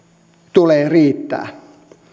tulee riittää